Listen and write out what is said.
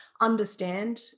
understand